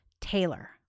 Taylor